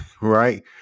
right